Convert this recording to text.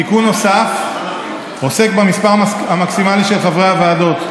תיקון נוסף עוסק במספר המקסימלי של חברי הוועדות.